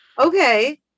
Okay